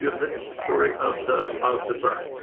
this is the story of the of the birth.